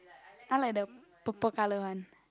I like the purple colour one